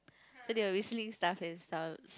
so there were whistling stuff and sounds